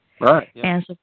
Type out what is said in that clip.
Right